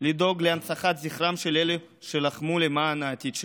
לדאוג להנצחת זכרם של אלה שלחמו למען העתיד שלנו.